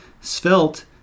Svelte